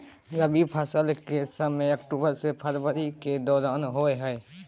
रबी फसल के समय अक्टूबर से फरवरी के दौरान होय हय